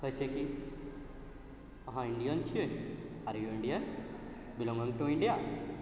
होइ छै कि अहाँ इण्डिअन छिए आओर you Indian belong to India